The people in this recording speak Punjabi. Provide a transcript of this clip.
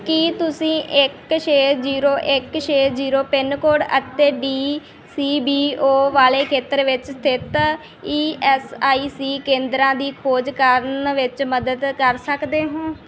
ਕੀ ਤੁਸੀਂ ਇੱਕ ਛੇ ਜੀਰੋ ਇੱਕ ਛੇ ਜੀਰੋ ਪਿੰਨ ਕੋਡ ਅਤੇ ਡੀ ਸੀ ਬੀ ਓ ਵਾਲੇ ਖੇਤਰ ਵਿੱਚ ਸਥਿਤ ਈ ਐੱਸ ਆਈ ਸੀ ਕੇਂਦਰਾਂ ਦੀ ਖੋਜ ਕਰਨ ਵਿੱਚ ਮਦਦ ਕਰ ਸਕਦੇ ਹੋ